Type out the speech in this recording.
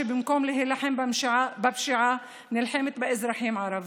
שבמקום להילחם בפשיעה נלחמת באזרחים ערבים,